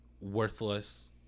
worthless